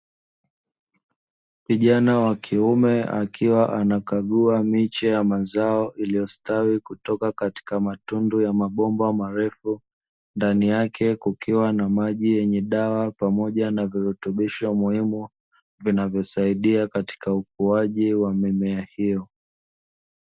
Kijana wa kiume akiwa anakagua miche ya mazao iliyostawi kutoka katika matundu ya mabomba marefu ndani yake kukiwa na maji yenye dawa pamoja na virutubisho muhimu vinavyosaidia katika ukuaji wa mimea hivyo.